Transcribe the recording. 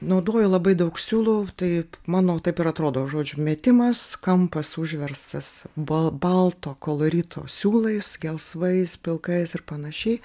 naudoju labai daug siūlų taip mano taip ir atrodo žodžiu metimas kampas užverstas balto kolorito siūlais gelsvais pilkais ir panašiai